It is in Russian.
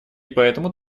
поэтому